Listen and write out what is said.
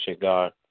God